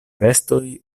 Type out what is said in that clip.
vestoj